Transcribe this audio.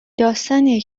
داستانیه